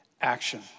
action